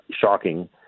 shocking